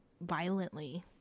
violently